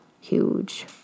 huge